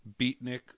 Beatnik